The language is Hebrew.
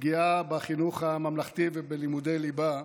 הפגיעה בחינוך הממלכתי ובלימודי ליבה,